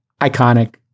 iconic